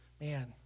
Man